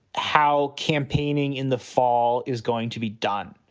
how? campaigning in the fall is going to be done.